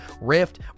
Rift